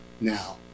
now